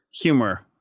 humor